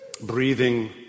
breathing